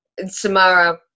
Samara